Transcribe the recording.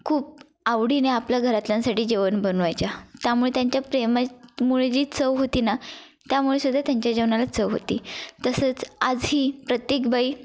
खूप आवडीने आपल्या घरातल्यांसाठी जेवण बनवायच्या त्यामुळे त्यांच्या प्रेमा मुळे जी चव होती ना त्यामुळे सुद्धा त्यांच्या जेवणाला चव होती तसंच आजही प्रत्येक बाई